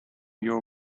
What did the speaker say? you